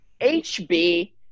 HB